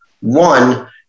One